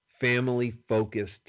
family-focused